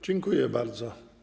Dziękuję bardzo.